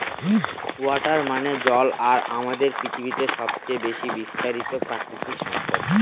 water মানে জল আর আমাদের পৃথিবীতে সবচেয়ে বেশি বিস্তারিত প্রাকৃতিক সম্পদ